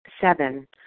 Seven